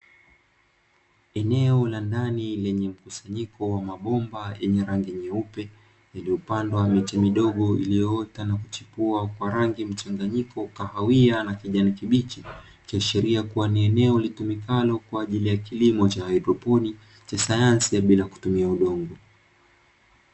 Eneo la ndani lenye mkusanyiko wa mabomba yenye rangi nyeupe yaliyopandwa miti midogo iliyoota na kuchipua kwa rangi mchanganyiko kahawia na kijani kibichi, ikiashiria kuwa ni eneo litumikalo kwa ajili ya kilimo cha haidroponi cha sayansi ya bila kutumia udongo.